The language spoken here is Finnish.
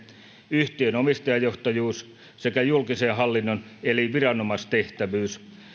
yhtiön omistajajohtajuus sekä julkisen hallinnon eli viranomaistehtävät